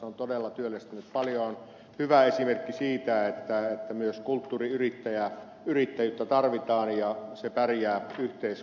se on todella työllistänyt paljon ja on hyvä esimerkki siitä että myös kulttuuriyrittäjyyttä tarvitaan ja se pärjää yhteiskunnassa